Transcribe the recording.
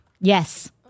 Yes